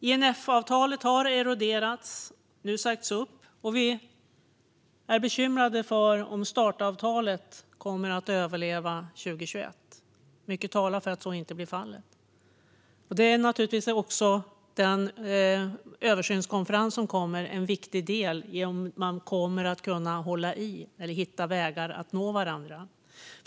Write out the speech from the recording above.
INF-avtalet har eroderats och har nu sagts upp. Vi är också bekymrade för om Startavtalet kommer att överleva 2021 - mycket talar för att så inte blir fallet. Den översynskonferens som kommer är naturligtvis också en viktig del i om man kommer att kunna hålla i eller hitta vägar att nå varandra.